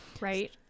right